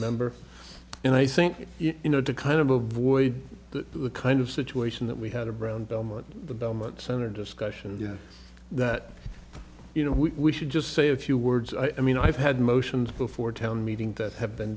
number and i think you know to kind of avoid the kind of situation that we had of brown belmont the belmont center discussion that you know we should just say a few words i mean i've had motions before town meeting that have been